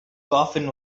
coffin